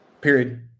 Period